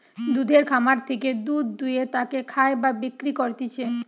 দুধের খামার থেকে দুধ দুয়ে তাকে খায় বা বিক্রি করতিছে